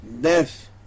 death